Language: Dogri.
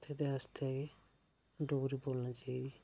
ते ओह्दे आस्तै कि डोगरी बोलना चाहिदी